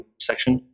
section